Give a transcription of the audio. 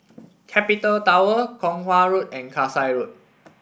Capital Tower Kong Hwa Road and Kasai Road